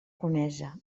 conesa